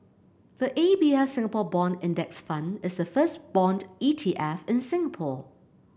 the A B F Singapore Bond Index Fund is the first bond E T F in Singapore